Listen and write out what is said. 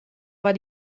war